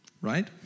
Right